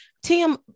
Tim